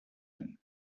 him